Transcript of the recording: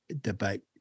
debate